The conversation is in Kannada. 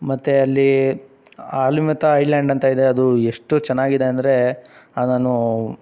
ಮತ್ತು ಅಲ್ಲಿ ಆಲಿಮೆತ ಐಲ್ಯಾಂಡ್ ಅಂತ ಇದೆ ಅದು ಎಷ್ಟು ಚೆನ್ನಾಗಿದೆ ಅಂದರೆ ಅದು ನಾನು